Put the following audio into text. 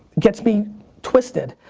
gets me twisted.